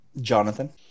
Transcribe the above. Jonathan